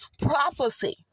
prophecy